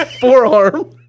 Forearm